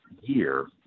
year